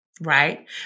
right